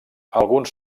alguns